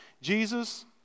Jesus